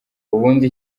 ubundi